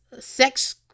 sex